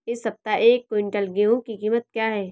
इस सप्ताह एक क्विंटल गेहूँ की कीमत क्या है?